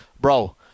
bro